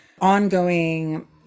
ongoing